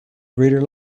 greater